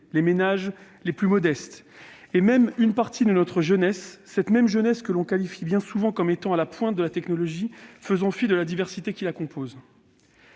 les ménages les plus modestes et même une partie de notre jeunesse, cette même jeunesse que l'on considère bien souvent comme étant à la pointe de la technologie, faisant fi de la diversité qui la caractérise.